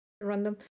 random